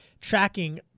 tracking